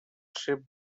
ship